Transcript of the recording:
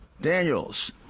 Daniels